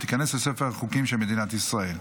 ותיכנס לספר החוקים של מדינת ישראל.